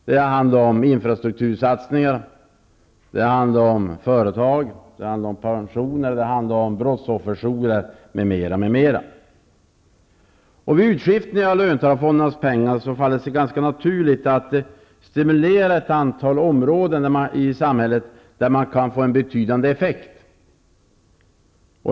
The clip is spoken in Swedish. Det har handlat om infrastruktursatsningar, det har handlat om företag, det har handlat om pensioner, det har handlat om brottsofferjourer, m.m.m.m. Vid utskiftningen av löntagarfondernas pengar faller det sig ganska naturligt att stimulera ett antal områden i samhället där man kan få en betydande effekt.